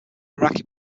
iraqi